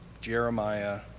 Jeremiah